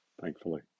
thankfully